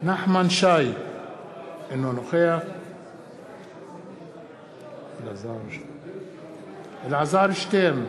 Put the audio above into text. אלעזר שטרן,